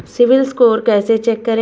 CIBIL score कैसे check करें?